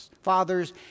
Fathers